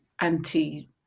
anti